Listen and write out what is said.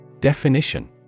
Definition